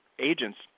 agents